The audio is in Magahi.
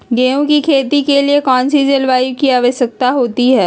गेंहू की खेती के लिए कौन सी जलवायु की आवश्यकता होती है?